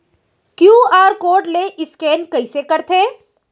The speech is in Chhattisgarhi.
क्यू.आर कोड ले स्कैन कइसे करथे?